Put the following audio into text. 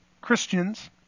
Christians